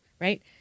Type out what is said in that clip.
right